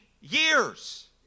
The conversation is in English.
years